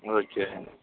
okay